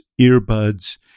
earbuds